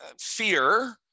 fear